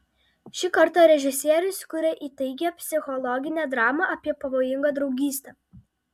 šį kartą režisierius kuria įtaigią psichologinę dramą apie pavojingą draugystę